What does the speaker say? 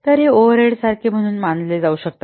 तर हे ओव्हरहेड्ससारखे म्हणून मानले जाऊ शकते